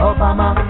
Obama